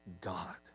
God